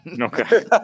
Okay